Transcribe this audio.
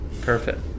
perfect